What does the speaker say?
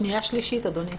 בשנייה ושלישית אדוני.